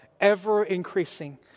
ever-increasing